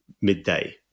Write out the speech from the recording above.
midday